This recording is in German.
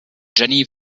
jenny